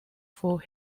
for